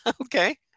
Okay